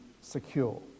secure